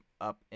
up